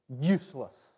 useless